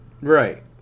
Right